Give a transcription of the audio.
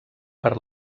per